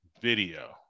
video